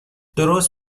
درست